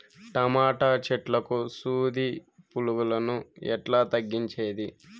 Tomato చెట్లకు సూది పులుగులను ఎట్లా తగ్గించేది?